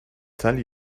tell